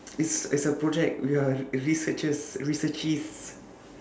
it's it's a project ya researchers researchees